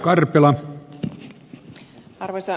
arvoisa puhemies